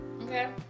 okay